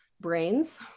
brains